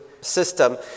system